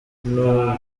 nto